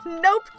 Nope